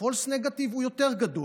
ה-false negative הוא יותר גדול,